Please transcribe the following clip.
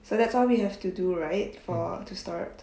so that's all we have to do right for to start